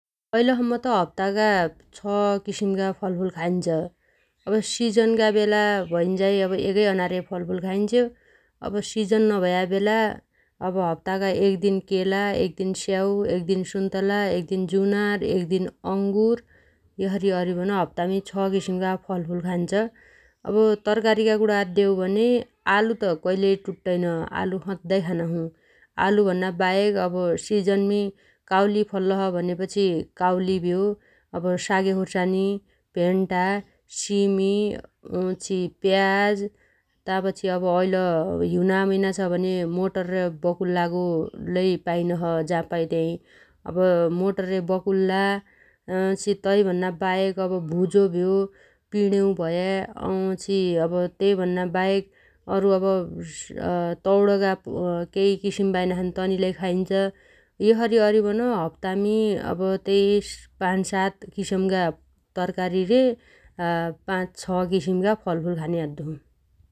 ऐलसम्म त हप्तागा छ किसिमगा फलफुल खाइन्छ । अब सिजनगा बेला भइन्झाइ अब एगै अनार्या फलफुल खाइन्छ्यो । अब सिजन नभया बेला अब हप्तागा एग दिन केला एग दिन स्याउ एगदिन सुन्तला एगदिन जुनार एगदिन अंगुर यसरी अरिबन हप्तामी छ किसिमगा फलफुल खाइन्छ । अब तरकारीगा कुणा अद्देहौ भने आलु त कइलै टुट्टैन आलु सद्दाइ खाना छु । आलु भन्नाबाहेक अब सिजनमी काउली फल्लोछ भनेपछि काउली भ्यो । अब सागे खुसानी भेन्टा सिमी वछि प्याज तापछि अब ऐल हिउना मैना छ भने मटर रे बकुल्लागो लै पाइनो छ जा पायो ताइ । अब मोटर रे बकुल्ला । वछि तै भन्नाबाहेक अब भुजो भ्यो पिडेउ भया वछि अब तैभन्नाबाहेक अउरु अब तौणगा केइ किसिम पाइनाछन् तनि लै खाइन्छ । यसरी अरिबन हप्तामी अब त्यै पाच सात किसिमगा तरकारी रे पाच छ किसिमगा फलफुल खाने अद्दो छु ।